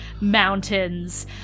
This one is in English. mountains